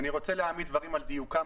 אני רוצה להעמיד דברים על דיוקם,